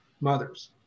mothers